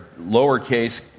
lowercase